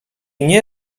nie